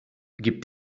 gibt